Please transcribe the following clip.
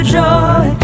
joy